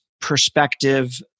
perspective